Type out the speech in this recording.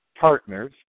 partners